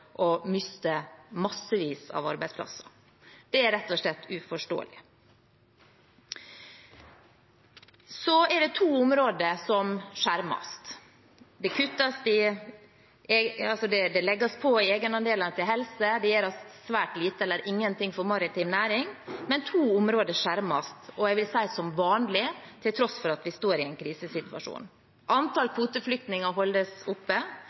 å miste massevis av arbeidsplasser. Det er rett og slett uforståelig. Det er to områder som skjermes. Det legges på i egenandeler innenfor helse, og det gjøres svært lite eller ingenting for den maritime næringen, men to områder skjermes, som vanlig, til tross for at vi står i en krisesituasjon: Antallet kvoteflyktninger holdes oppe,